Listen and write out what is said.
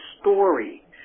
story